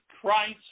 Christ